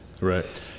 Right